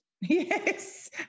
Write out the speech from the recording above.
Yes